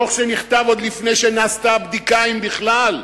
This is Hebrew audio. דוח שנכתב עוד לפני שנעשתה בדיקה, אם בכלל,